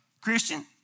Christian